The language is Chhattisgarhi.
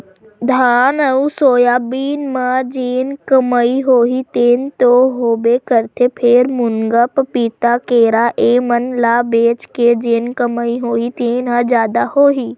धान अउ सोयाबीन म जेन कमई होही तेन तो होबे करथे फेर, मुनगा, पपीता, केरा ए मन ल बेच के जेन कमई होही तेन ह जादा होही